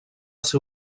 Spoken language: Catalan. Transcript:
ser